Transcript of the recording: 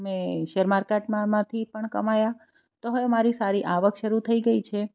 share માર્કેટમાં માંથી પણ કમાયા અને હવે મારી સારી આવક શરૂ થઈ ગઈ છે